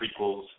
prequels